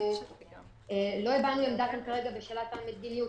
אנחנו לא הבענו כאן עמדה כרגע בשאלת המדיניות.